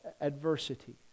adversity